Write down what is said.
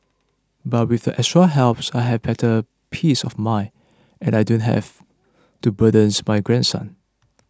but with the extra help I have better peace of mind and I don't have to burdens my grandsons